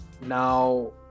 Now